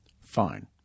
Fine